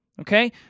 okay